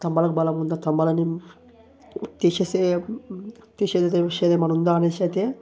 స్తంభాలకు బలం ఉందా స్థంభాలని తీసేసే తీసేది ఉడేది మనం దానిస్ అయితే